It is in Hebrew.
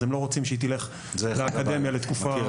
אז הם לא רוצים שהיא תלך לאקדמיה לתקופה.